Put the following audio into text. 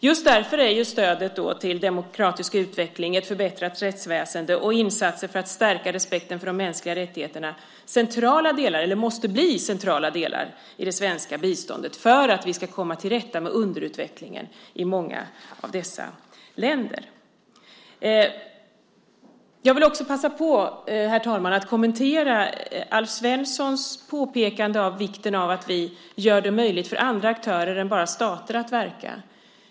Just därför måste stödet till demokratisk utveckling, ett förbättrat rättsväsende och insatser för att stärka respekten för de mänskliga rättigheterna bli centrala delar i det svenska biståndet för att vi ska komma till rätta med underutvecklingen i många av dessa länder. Herr talman! Jag vill också passa på att kommentera Alf Svenssons påpekande om vikten av att vi gör det möjligt för andra aktörer än bara stater att verka.